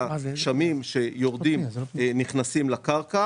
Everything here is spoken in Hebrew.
וגשמים שיורדים נכנסים לקרקע.